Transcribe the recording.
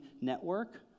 network